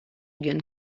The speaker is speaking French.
gun